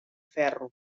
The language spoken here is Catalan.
ferro